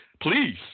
please